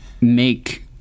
make